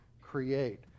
create